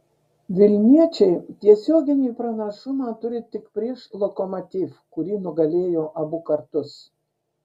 vilniečiai tiesioginį pranašumą turi tik prieš lokomotiv kurį nugalėjo abu kartus